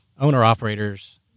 owner-operators